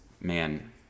man